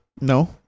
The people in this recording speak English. No